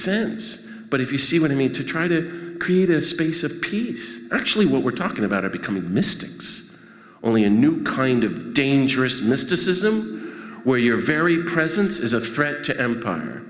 sense but if you see what i mean to try to create a space appease actually what we're talking about are becoming mystics only a new kind of dangerous mysticism where your very presence is a threat to empire